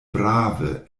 brave